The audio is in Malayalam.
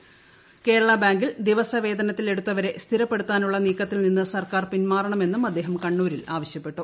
സുധാകരൻ കേരള ബാങ്കിൽ ദിവസവേതനത്തിലെടുത്ത്വരെ സ്ഥിരപ്പെടുത്തുവാനുള്ള നീക്കത്തിൽ നിന്ന് സർക്കാർ പിൻമാറണമെന്നും അദ്ദേഹം കണ്ണൂരിൽ ആവശ്യപ്പെട്ടു